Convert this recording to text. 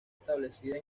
establecida